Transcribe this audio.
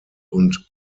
und